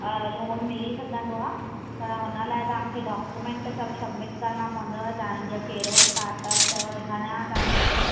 loan मिली सघंदो आहे पर हुन लाइ तव्हांखे डाक्यूमेंट सभु समिट करणा पवंदव तव्हांजो कहिड़ो स्टार्टअप अथव घणा तव्हांजो